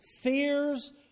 fears